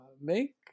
make